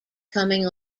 coming